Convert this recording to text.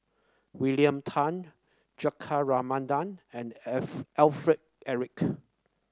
William Tan Juthika Ramanathan and F Alfred Eric